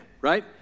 right